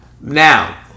Now